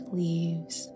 leaves